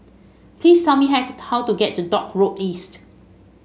please tell me how to get to Dock Road East